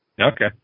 Okay